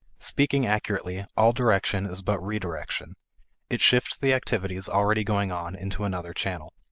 speaking accurately, all direction is but re-direction it shifts the activities already going on into another channel.